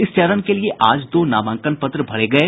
इस चरण के लिए आज दो नामांकन पत्र भरे गये